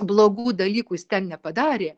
blogų dalykų jis ten nepadarė